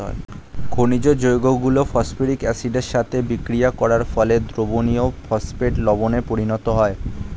খনিজ যৌগগুলো ফসফরিক অ্যাসিডের সাথে বিক্রিয়া করার ফলে দ্রবণীয় ফসফেট লবণে পরিণত হয়